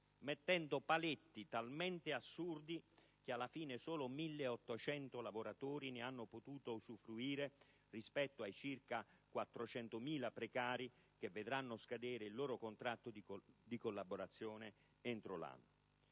mettendo paletti talmente assurdi che alla fine solo 1.800 lavoratori ne hanno potuto usufruire rispetto ai circa 400.000 precari che vedranno scadere il loro contratto di collaborazione entro l'anno.